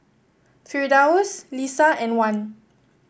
Firdaus Lisa and Wan